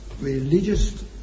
religious